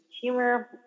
humor